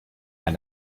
had